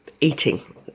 eating